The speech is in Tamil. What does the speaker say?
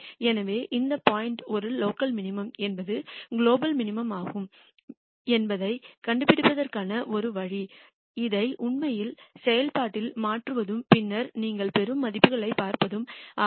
எனவே எந்த பாயிண்ட் ஒரு லோக்கல் மினிமம் என்பது குளோபல் மினிமம்மாகும் என்பதைக் கண்டுபிடிப்பதற்கான ஒரே வழி இதை உண்மையில் செயல்பாட்டில் மாற்றுவதும் பின்னர் நீங்கள் பெறும் மதிப்புகளைப் பார்ப்பதும் ஆகும்